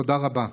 תודה רבה.